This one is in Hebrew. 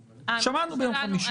שמענו ביום חמישי.